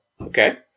Okay